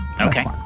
Okay